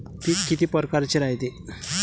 पिकं किती परकारचे रायते?